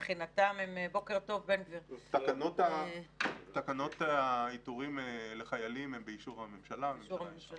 תקנות העיטורים לחיילים הם באישור הממשלה.